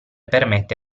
permette